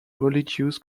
religious